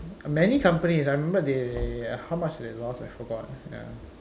many companies I remembered they how much they lost I forgot ya